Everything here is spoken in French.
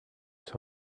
sur